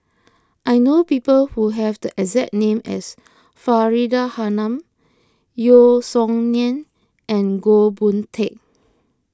I know people who have the exact name as Faridah Hanum Yeo Song Nian and Goh Boon Teck